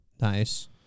Nice